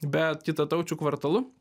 bet kitataučių kvartalu